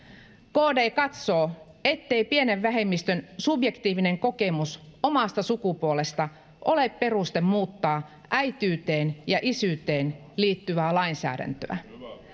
kd katsoo ettei pienen vähemmistön subjektiivinen kokemus omasta sukupuolesta ole peruste muuttaa äitiyteen ja isyyteen liittyvää lainsäädäntöä